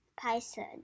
Python